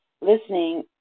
listening